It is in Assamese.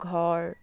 ঘৰ